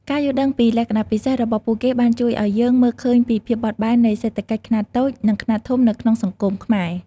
ការយល់ដឹងពីលក្ខណៈពិសេសរបស់ពួកគេបានជួយឱ្យយើងមើលឃើញពីភាពបត់បែននៃសេដ្ឋកិច្ចខ្នាតតូចនិងខ្នាតធំនៅក្នុងសង្គមខ្មែរ។